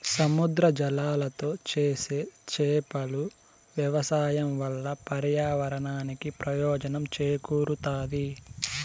సముద్ర జలాలతో చేసే చేపల వ్యవసాయం వల్ల పర్యావరణానికి ప్రయోజనం చేకూరుతాది